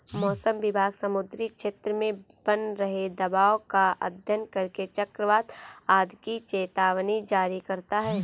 मौसम विभाग समुद्री क्षेत्र में बन रहे दबाव का अध्ययन करके चक्रवात आदि की चेतावनी जारी करता है